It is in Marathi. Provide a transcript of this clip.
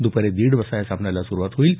दुपारी दीड वाजता सामन्याला सुरुवात होईल